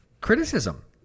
criticism